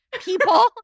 people